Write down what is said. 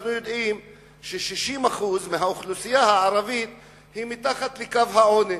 אנחנו יודעים ש-60% מהאוכלוסייה הערבית היא מתחת לקו העוני.